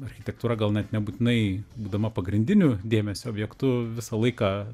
architektūra gal net nebūtinai būdama pagrindiniu dėmesio objektu visą laiką